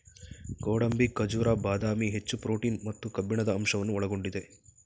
ಗೋಡಂಬಿ, ಖಜೂರ, ಬಾದಾಮಿ, ಹೆಚ್ಚು ಪ್ರೋಟೀನ್ ಮತ್ತು ಕಬ್ಬಿಣದ ಅಂಶವನ್ನು ಒಳಗೊಂಡಿದೆ